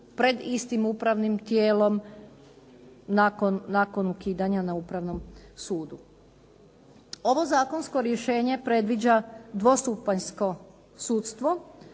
pred istim upravnim tijelom nakon ukidanja na Upravnom sudu. Ovo zakonsko rješenje predviđa dvostupanjsko sudstvo